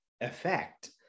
effect